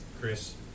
Chris